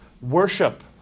worship